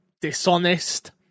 dishonest